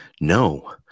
No